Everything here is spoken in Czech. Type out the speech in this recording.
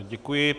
Děkuji.